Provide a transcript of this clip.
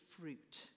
fruit